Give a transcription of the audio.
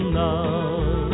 love